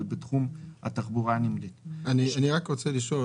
ובתחום התחבורה הנמלית," אני רוצה לשאול